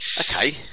Okay